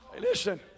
Listen